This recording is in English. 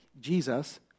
Jesus